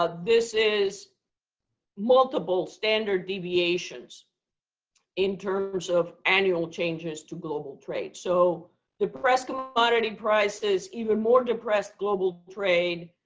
ah this is multiple standard deviations in terms of annual changes to global trade. so depressed commodity prices, even more depressed global trade,